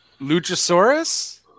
Luchasaurus